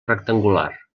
rectangular